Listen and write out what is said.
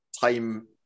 time